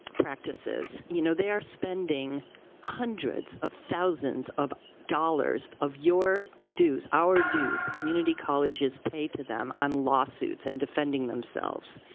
practices you know they're spending hundreds of thousands of dollars of your dues, our dues, the community colleges pay to them on lawsuits and defending themselves,